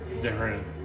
different